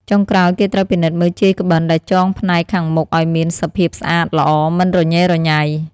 ចុងក្រោយគេត្រូវពិនិត្យមើលជាយក្បិនដែលចងផ្នែកខាងមុខឲ្យមានសភាពស្អាតល្អមិនរញ៉េរញ៉ៃ។